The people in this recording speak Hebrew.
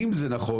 אם זה נכון,